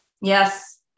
Yes